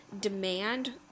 demand